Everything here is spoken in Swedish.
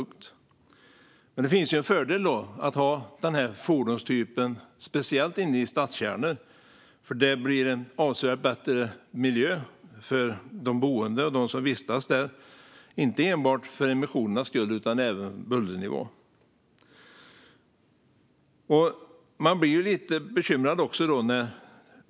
Men det finns en fördel med att ha denna fordonstyp speciellt inne i stadskärnor: Det blir en avsevärt bättre miljö för de boende och för dem som vistas där, inte enbart för emissionernas skull utan även på grund av bullernivån.